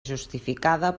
justificada